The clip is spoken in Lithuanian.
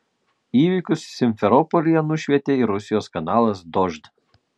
įvykius simferopolyje nušvietė ir rusijos kanalas dožd